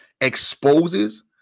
exposes